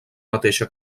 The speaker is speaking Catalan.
mateixa